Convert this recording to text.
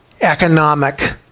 economic